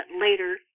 later